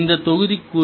இந்த தொகுதிக்குள்